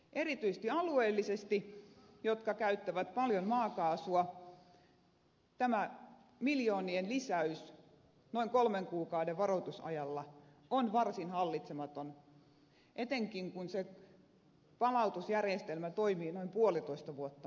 erityisesti alueille jotka käyttävät paljon maakaasua tämä miljoonien lisäys noin kolmen kuukauden varoitusajalla on varsin hallitsematon etenkin kun se palautusjärjestelmä toimii noin puolitoista vuotta myöhässä